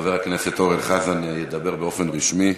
חבר הכנסת אורן חזן ידבר באופן רשמי.